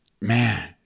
man